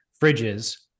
fridges